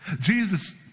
Jesus